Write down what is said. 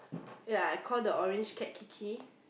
ya I call the orange cat Kiki